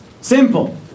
Simple